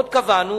עוד קבענו